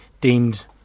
deemed